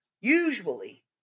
usually